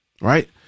Right